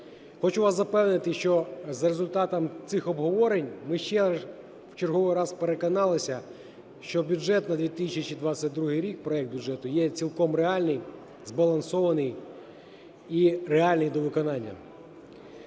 Хочу вас запевнити, що за результатами цих обговорень ми ще раз, в черговий раз переконалися, що бюджет на 2022 рік, проект бюджету, є цілком реальний, збалансований і реальний до виконання.